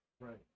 Right